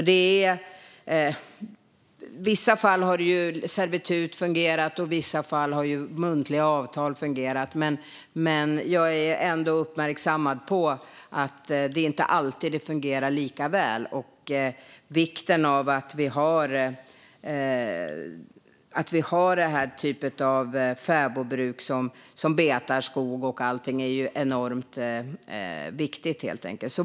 I vissa fall har servitut fungerat, i andra muntliga avtal. Jag har dock uppmärksammats på att det inte alltid fungerar bra, men vikten av fäbodbruk och skogsbeten är ju enormt stor.